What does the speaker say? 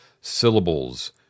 syllables